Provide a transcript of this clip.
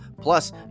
Plus